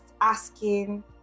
asking